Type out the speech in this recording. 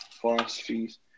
philosophies